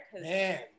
Man